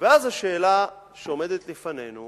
אז השאלה שעומדת לפנינו